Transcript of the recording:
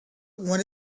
one